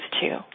two